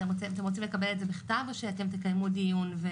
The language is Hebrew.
אתם רוצים לקבל את זה בכתב או שתקיימו דיון?